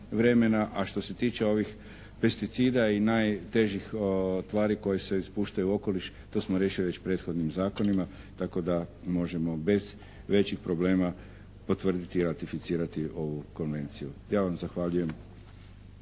A što se tiče ovih pesticida i najtežih tvari koje se ispuštaju u okoliš to smo riješili već prethodnim zakonima tako da možemo bez većih problema potvrditi i ratificirati ovu Konvenciju. Ja vam zahvaljujem.